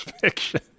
fiction